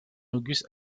august